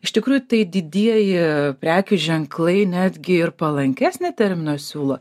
iš tikrųjų tai didieji prekių ženklai netgi ir palankesnį terminą siūlo